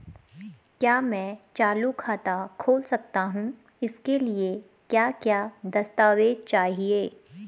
क्या मैं चालू खाता खोल सकता हूँ इसके लिए क्या क्या दस्तावेज़ चाहिए?